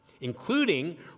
including